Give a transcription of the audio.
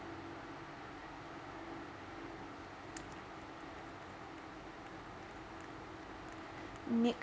nick